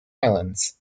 islands